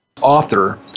author